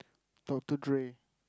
Doctor-Dre